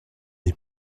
n’y